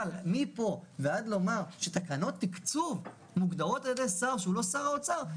אבל מפה ועד לומר שתקנות תקצוב מוגדרות על ידי שר שהוא לא שר האוצר,